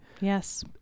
yes